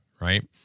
right